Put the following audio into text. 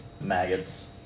maggots